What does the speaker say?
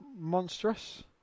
monstrous